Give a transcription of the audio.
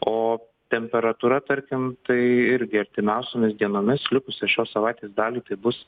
o temperatūra tarkim tai irgi artimiausiomis dienomis likusią šios savaitės dalį tai bus